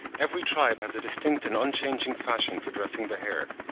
every tribe has a distinct and unchanging fashion for dressing the hair.